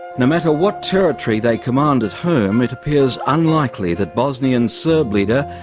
no matter what territory they command at home, it appears unlikely that bosnian serb leader,